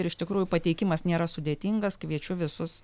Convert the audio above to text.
ir iš tikrųjų pateikimas nėra sudėtingas kviečiu visus